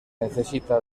necesita